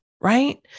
right